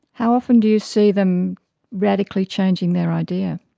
how often do you see them radically changing their idea?